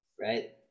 right